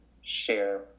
share